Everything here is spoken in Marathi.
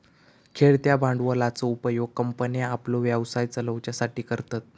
खेळत्या भांडवलाचो उपयोग कंपन्ये आपलो व्यवसाय चलवच्यासाठी करतत